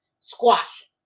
squash